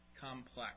complex